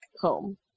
home